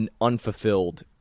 unfulfilled